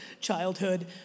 childhood